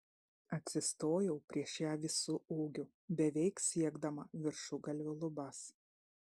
atsistojau prieš ją visu ūgiu beveik siekdama viršugalviu lubas